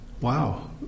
wow